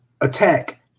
attack